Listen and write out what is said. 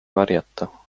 varjata